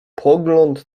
pogląd